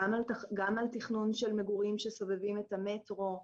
גם על תכנון של מגורים שסובבים את המטרו,